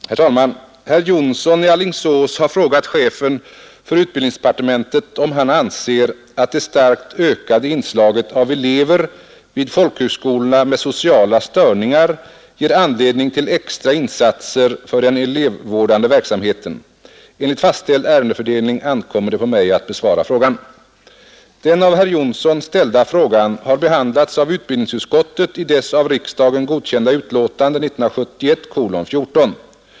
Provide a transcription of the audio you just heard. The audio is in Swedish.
Herr talman! Herr Jonsson i Alingsås har frågat chefen för utbildningsdepartementet, om han anser att det starkt ökade inslaget av elever vid folkhögskolorna med sociala störningar ger anledning till extra insatser för den elevvårdande verksamheten. Enligt fastställd ärendefördelning ankommer det på mig att besvara frågan. Den av herr Jonsson ställda frågan har behandlats av utbildningsutskottet i dess av riksdagen godkända utlåtande 1971:14.